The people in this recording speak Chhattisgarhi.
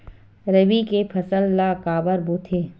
रबी के फसल ला काबर बोथे?